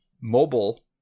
mobile